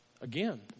Again